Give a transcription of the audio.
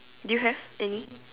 do you have any